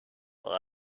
well